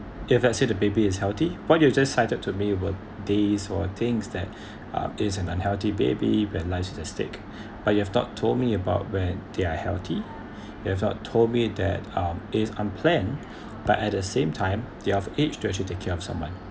if let's say the baby is healthy what you just cited to me were days for things that uh is an unhealthy baby when live is at stake but you have not told me about when they are healthy you have not told me that um it's unplanned but at the same time they're of age to actually take care of someone